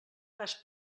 cas